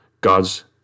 God's